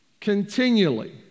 continually